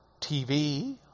TV